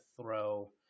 throw